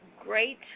great